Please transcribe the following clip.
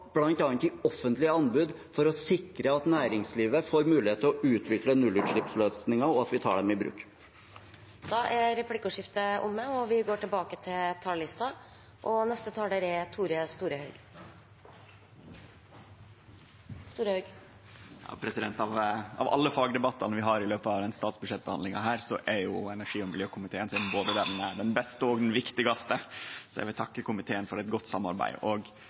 for å sikre at næringslivet får mulighet til å utvikle nullutslippsløsninger, og at vi tar dem i bruk. Replikkordskiftet er omme. Av alle fagdebattane vi har i løpet av denne statsbudsjettbehandlinga, er den til energi- og miljøkomiteen både den beste og den viktigaste. Eg vil takke komiteen for eit godt samarbeid.